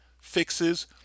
fixes